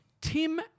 Tim